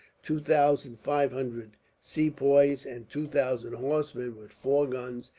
two thousand five hundred sepoys, and two thousand horsemen, with four guns,